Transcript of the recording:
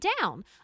down